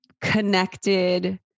connected